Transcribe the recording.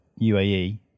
UAE